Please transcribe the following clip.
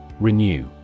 Renew